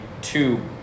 two